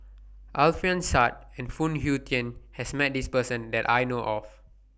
Alfian Sa'at and Phoon Yew Tien has Met This Person that I know of